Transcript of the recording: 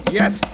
Yes